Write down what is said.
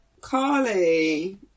Carly